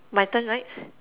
my turn right